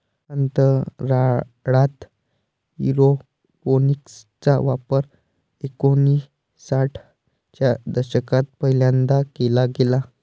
अंतराळात एरोपोनिक्स चा प्रकार एकोणिसाठ च्या दशकात पहिल्यांदा केला गेला